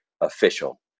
official